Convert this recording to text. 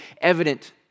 evident